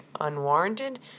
unwarranted